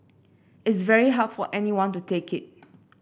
it's very hard for anyone to take it